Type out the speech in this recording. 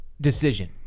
Decision